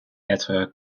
être